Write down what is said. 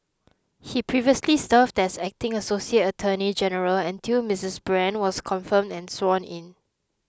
he previously served as acting associate attorney general until Miss Brand was confirmed and sworn in